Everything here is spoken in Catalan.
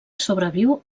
sobreviu